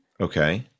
Okay